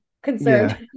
concerned